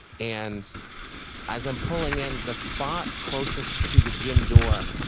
and as i'm pulling in the spot closest to the gym door,